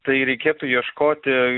tai reikėtų ieškoti